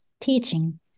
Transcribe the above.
teaching